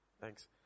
Thanks